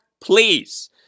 please